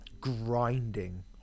grinding